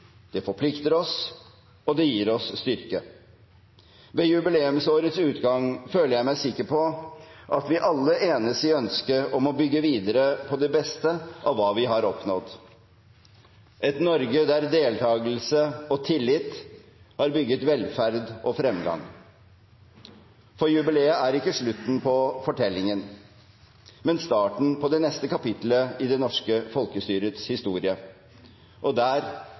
Det forplikter oss, og det gir oss styrke. Ved jubileumsårets utgang føler jeg meg sikker på at vi alle enes i ønsket om å bygge videre på det beste av hva vi har oppnådd: et Norge der deltagelse og tillit har bygget velferd og fremgang. For jubileet er ikke slutten på fortellingen, men starten på det neste kapitlet i det norske folkestyrets historie, og der